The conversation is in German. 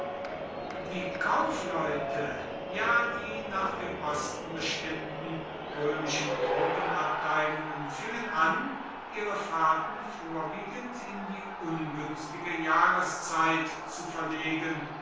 die kaufleute ja die nach dem osten bestimmten römischen truppenabteilungen fingen an ihre fahrten vorwiegend in die ungünstige jahreszeit zu verlegen